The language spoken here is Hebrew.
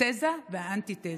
התזה והאנטיתזה: